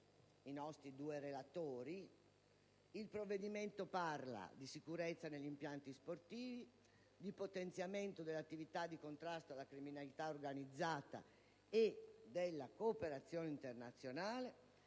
nostri due relatori, il provvedimento parla di sicurezza negli impianti sportivi, di potenziamento dell'attività di contrasto alla criminalità organizzata e della cooperazione internazionale